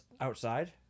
Outside